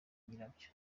nyirabyo